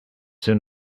soon